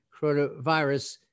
coronavirus